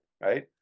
right